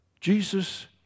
Jesus